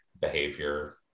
behavior